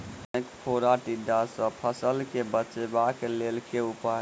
ऐंख फोड़ा टिड्डा सँ फसल केँ बचेबाक लेल केँ उपाय?